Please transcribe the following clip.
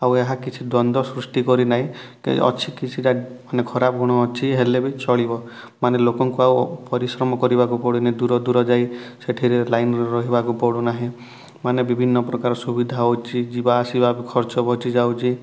ଆଉ ଏହା କିଛି ଦ୍ଵନ୍ଦ ସୃଷ୍ଟି କରିନାହିଁ କି ଅଛି କିଛିଟା ମାନେ ଖରାପ ଗୁଣ ଅଛି ହେଲେବି ଚଳିବ ମାନେ ଲୋକଙ୍କୁ ଆଉ ପରିଶ୍ରମ କରିବାକୁ ପଡ଼ୁନି ଦୂର ଦୂର ଯାଇ ସେଠିରେ ଲାଇନ୍ରେ ରହିବାକୁ ପଡ଼ୁନାହିଁ ମାନେ ବିଭିନ୍ନ ପ୍ରକାର ସୁବିଧା ହେଉଛି ଯିବା ଆସିବା ବି ଖର୍ଚ୍ଚ ବଞ୍ଚିଯାଉଛି